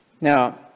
Now